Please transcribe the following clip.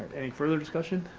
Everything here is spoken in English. any further discussion?